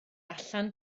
allan